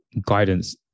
guidance